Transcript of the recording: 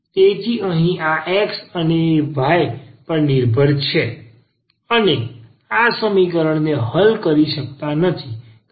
તેથી અહીં આ x અને y પર નિર્ભર છે અને અમે આ સમીકરણને હલ કરી શકતા નથી